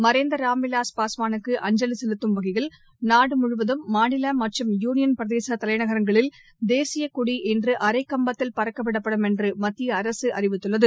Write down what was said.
மறைந்த ராம்விலாஸ் பஸ்வானுக்கு அஞ்சலி செலுத்தும் வகையில் நாடு முழுவதும் மாநில மற்றும் யூனியன் பிரதேச தலைநகரங்களில் தேசியக் கொடி இன்று அரைக்கம்பத்தில் பறக்கவிடப்படும் என்று மத்திய அரசு அறிவித்துள்ளது